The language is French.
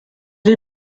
les